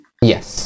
Yes